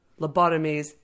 lobotomies